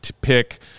pick